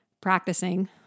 practicing